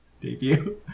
debut